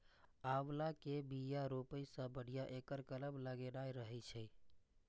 आंवला के बिया रोपै सं बढ़िया एकर कलम लगेनाय रहै छै